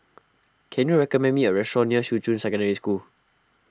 can you recommend me a restaurant near Shuqun Secondary School